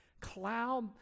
cloud